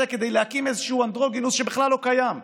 כדי להקים איזשהו אנדרוגינוס שבכלל לא קיים?